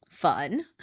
fun